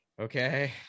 Okay